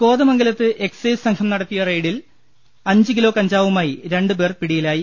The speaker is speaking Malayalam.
കോതമംഗലത്ത് എക്സൈസ് സംഘം നടത്തിയ റെയ്ഡിൽ അഞ്ച് കിലോ കഞ്ചാവുമായി രണ്ട് പേർ പിടിയിലായി